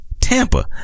tampa